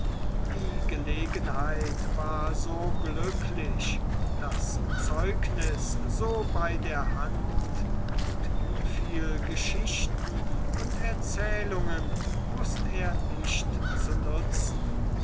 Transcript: die gelegenheit war so glücklich das zeugnis so bei der hand und wieviel geschichten und erzählungen wußt er nicht zu nutzen